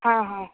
हां हां